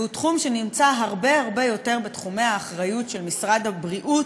והוא תחום שנמצא הרבה הרבה יותר בתחומי האחריות של משרד הבריאות,